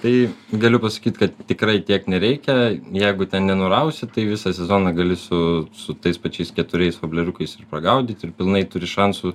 tai galiu pasakyti kad tikrai tiek nereikia jeigu ten nenurausi tai visą sezoną gali su su tais pačiais keturiais vobleriukais ir pagaudyt ir pilnai turi šansų